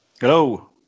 Hello